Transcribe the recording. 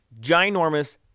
ginormous